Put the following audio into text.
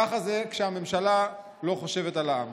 ככה זה כשהממשלה לא חושבת על העם.